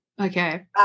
Okay